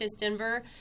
Denver